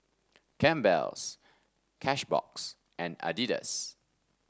Campbell's Cashbox and Adidas